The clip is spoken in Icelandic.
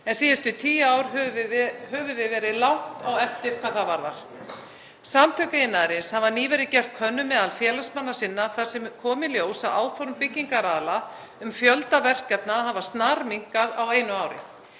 en síðustu tíu ár höfum við verið langt á eftir hvað það varðar. Samtök iðnaðarins hafa nýverið gert könnun meðal félagsmanna sinna þar sem kom í ljós að áform byggingaraðila um fjölda verkefna hafa snarminnkað á einu ári.